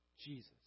Jesus